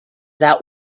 that